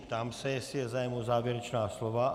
Ptám se, jestli je zájem o závěrečná slova.